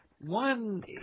one